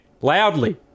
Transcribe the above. loudly